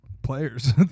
Players